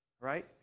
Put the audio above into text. right